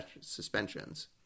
suspensions